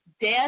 death